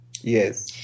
Yes